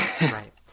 right